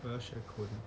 我要学 coding